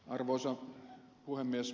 arvoisa puhemies